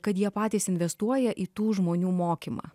kad jie patys investuoja į tų žmonių mokymą